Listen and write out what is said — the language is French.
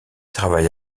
travaille